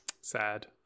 Sad